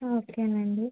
ఓకేనండి